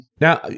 Now